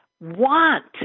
want